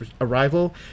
arrival